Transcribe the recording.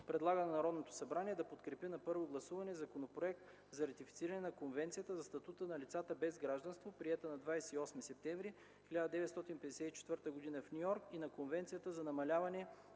предлага на Народното събрание да подкрепи на първо гласуване Законопроект за ратифициране на Конвенцията за статута на лицата без гражданство, приета на 28 септември 1954 г. в Ню Йорк, и на Конвенцията за намаляване